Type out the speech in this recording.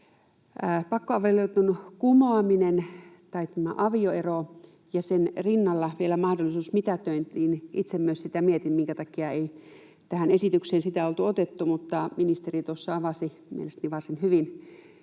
Pakkoavioliiton kumoaminen tai tämä avioero ja sen rinnalla vielä mahdollisuus mitätöintiin — itse myös sitä mietin, minkä takia sitä ei tähän esitykseen oltu otettu, mutta ministeri tuossa avasi mielestäni varsin hyvin,